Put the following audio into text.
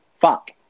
fuck